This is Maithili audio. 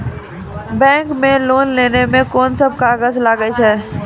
बैंक मे लोन लै मे कोन सब कागज लागै छै?